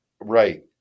right